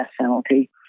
penalty